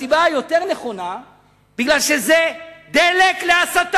אני עוד אנאם את זה עוד הרבה פעמים.